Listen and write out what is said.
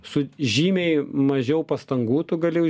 su žymiai mažiau pastangų tu gali